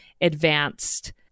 advanced